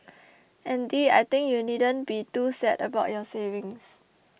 Andy I think you needn't be too sad about your savings